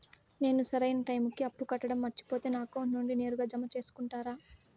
నేను సరైన టైముకి అప్పు కట్టడం మర్చిపోతే నా అకౌంట్ నుండి నేరుగా జామ సేసుకుంటారా?